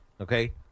okay